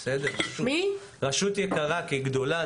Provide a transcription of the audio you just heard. כגדולה,